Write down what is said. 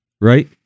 right